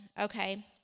okay